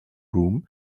broom